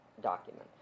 document